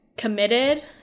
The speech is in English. committed